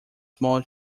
small